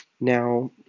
Now